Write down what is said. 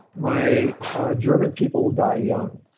my german people die young.